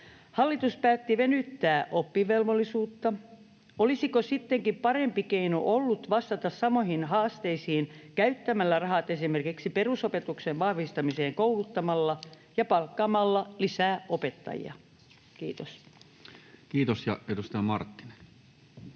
Hallitus päätti venyttää oppivelvollisuutta. Olisiko sittenkin parempi keino ollut vastata samoihin haasteisiin käyttämällä rahat esimerkiksi perusopetuksen vahvistamiseen kouluttamalla ja palkkaamalla lisää opettajia? — Kiitos. Kiitos. — Ja edustaja Marttinen.